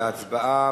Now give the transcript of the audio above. להצבעה,